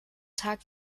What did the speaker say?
tag